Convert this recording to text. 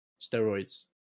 steroids